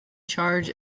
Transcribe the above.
charge